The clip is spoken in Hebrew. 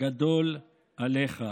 גדול עליך.